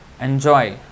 enjoy